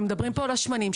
ומדברים פה על שמנים,